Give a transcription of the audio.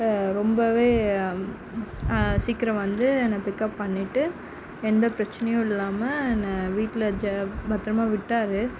ரொம்பவே சீக்கிரம் வந்து என்னை பிக்கப் பண்ணிகிட்டு எந்த பிரச்சனையும் இல்லாமல் என்னை வீட்டில் ஜ பத்திரமா விட்டார்